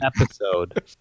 episode